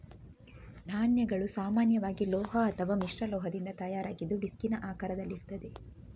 ನಾಣ್ಯಗಳು ಸಾಮಾನ್ಯವಾಗಿ ಲೋಹ ಅಥವಾ ಮಿಶ್ರಲೋಹದಿಂದ ತಯಾರಾಗಿದ್ದು ಡಿಸ್ಕಿನ ಆಕಾರದಲ್ಲಿರ್ತದೆ